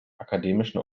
akademischen